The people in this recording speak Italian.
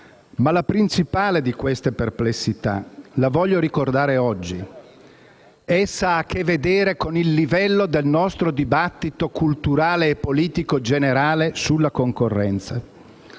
la principale di queste perplessità: essa ha a che vedere con il livello del nostro dibattito culturale e politico generale sulla concorrenza